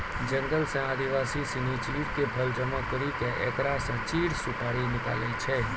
जंगल सॅ आदिवासी सिनि चीड़ के फल जमा करी क एकरा स चीड़ सुपारी निकालै छै